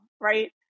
right